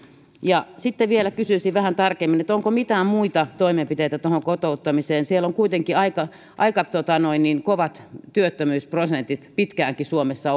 sitten vielä kysyisin vähän tarkemmin onko mitään muita toimenpiteitä kotouttamiseen siellä on kuitenkin aika aika kovat työttömyysprosentit pitkäänkin suomessa